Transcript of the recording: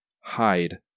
hide